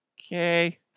Okay